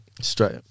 Straight